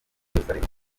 yeruzalemu